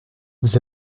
vous